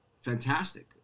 fantastic